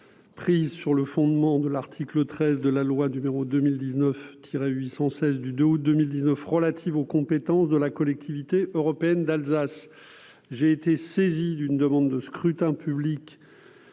prises sur le fondement de l'article 13 de la loi n° 2019-816 du 2 août 2019 relative aux compétences de la Collectivité européenne d'Alsace. J'ai été saisi d'une demande de scrutin public